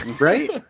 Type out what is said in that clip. Right